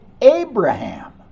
Abraham